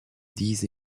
these